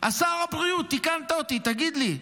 שר הבריאות, תיקנת אותי, תגיד לי,